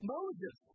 Moses